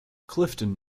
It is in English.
clifton